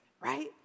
right